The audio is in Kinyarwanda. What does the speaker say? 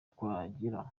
twagira